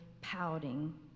pouting